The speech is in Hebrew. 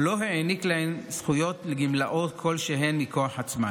לא העניק להן זכויות לגמלאות כלשהן מכוח עצמן.